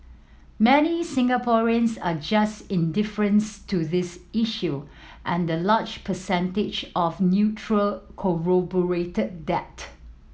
many Singaporeans are just indifference to this issue and the large percentage of neutral corroborated that